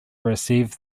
receive